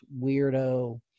weirdo